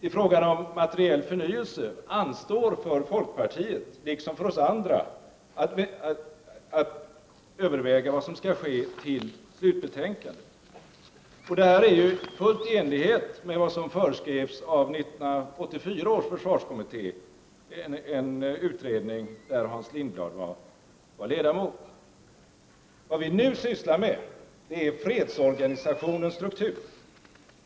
I frågan om materiell förnyelse anstår för folkpartiet liksom för oss andra att överväga vad som skall ske fram till slutbetänkandet. Det pågår ju, fullt i enlighet med vad som föreskrevs av 1984 års försvarskommitté, en utredning där Hans Lindblad är ledamot. Vad vi nu sysslar med är fredsorganisationens struktur.